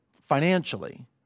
financially